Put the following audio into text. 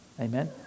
Amen